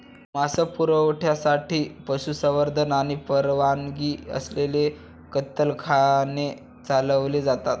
मांस पुरवठ्यासाठी पशुसंवर्धन आणि परवानगी असलेले कत्तलखाने चालवले जातात